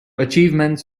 achievements